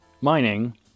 mining